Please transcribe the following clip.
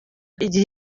igihe